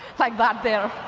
like that there.